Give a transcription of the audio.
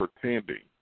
pretending